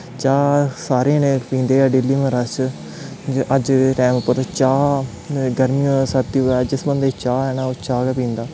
चाह् सारे जने पींदे ऐ डेली मगर अस अज्ज दे टाईम उप्पर चाह् गर्मी होऐ सर्दी होऐ जिस बंदे गी चाह् ऐ ओह् चाह् गै पींदा